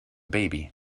baby